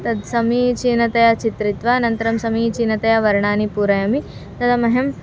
तत् समीचीनतया चित्रयित्वा अनन्तरं समीचीनतया वर्णानि पूरयामि तदा मह्यं